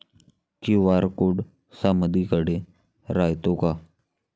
QR code समदीकडे रायतो का?